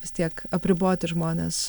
vis tiek apriboti žmones